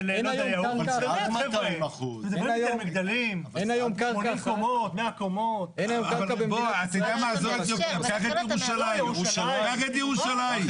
עזוב את יקנעם, קח את ירושלים.